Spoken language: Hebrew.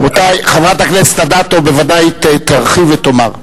רבותי, חברת הכנסת אדטו בוודאי תרחיב ותאמר.